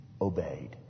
obeyed